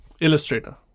Illustrator